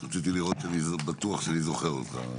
רציתי לראות שבטוח אני זוכר אותך.